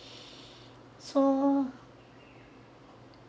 so